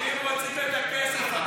רוצים את הכסף.